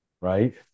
right